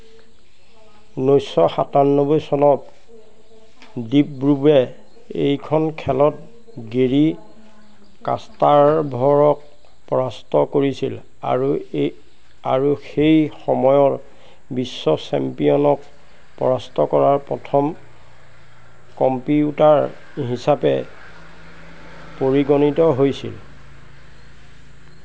ঊনৈছশ সাতান্নবৈ চনত ডিপ ব্লুৱে এইখন খেলত গেৰী কাস্পাৰভৰক পৰাস্ত কৰিছিল আৰু এই আৰু সেই সময়ৰ বিশ্ব চেম্পিয়নক পৰাস্ত কৰা প্ৰথম কম্পিউটাৰ হিচাপে পৰিগণিত হৈছিল